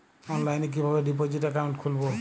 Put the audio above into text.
অনলাইনে কিভাবে deposit account খুলবো?